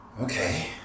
okay